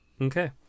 Okay